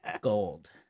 Gold